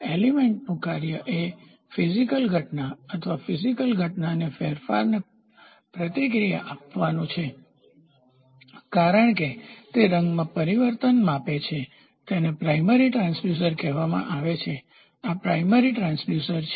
એલીમેન્ટતત્વનું કાર્ય એ ફીઝીકલશારીરિક ઘટના અથવા ફીઝીકલશારીરિક ઘટનામાં ફેરફારને પ્રતિક્રિયા આપવાનું છે કારણ કે તે રંગમાં પરિવર્તન માપે છે તેને પ્રાઇમરીપ્રાથમિક ટ્રાંસડ્યુસર કહેવામાં આવે છે આ પ્રાઇમરીપ્રાથમિક ટ્રાંસડ્યુસર છે